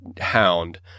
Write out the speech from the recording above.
hound